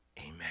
amen